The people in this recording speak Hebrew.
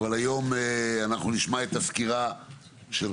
אבל, היום אנחנו נשמע את הסקירה שלך.